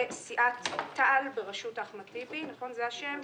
וסיעת תע"ל בראשות אחמד טיבי - נכון, זה השם?